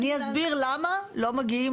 אני אסביר למה לא מגיעות